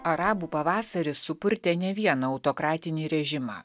arabų pavasaris supurtė ne vieną autokratinį režimą